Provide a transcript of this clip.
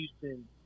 Houston